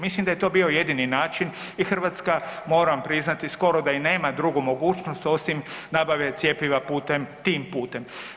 Mislim da je to bio jedini način i Hrvatska, moram priznati, skoro da i nema drugu mogućnost osim nabave cjepiva putem, tim putem.